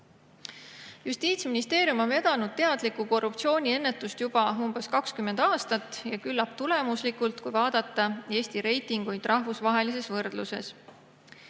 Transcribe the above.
ennetada. Justiitsministeerium on vedanud teadlikku korruptsiooniennetust juba umbes 20 aastat ja küllap tulemuslikult, kui vaadata Eesti reitinguid rahvusvahelises võrdluses.